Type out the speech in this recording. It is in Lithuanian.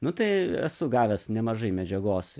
nu tai esu gavęs nemažai medžiagos